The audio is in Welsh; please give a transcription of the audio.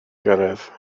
gyrraedd